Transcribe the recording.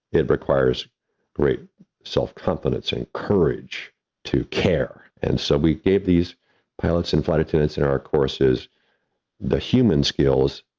it requires great self-confidence and courage to care. and so, we gave these pilots and flight attendants in our courses the human skills,